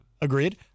Agreed